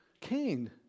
Cain